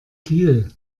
kiel